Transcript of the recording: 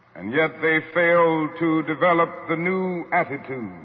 and yet they fail to develop the new attitudes,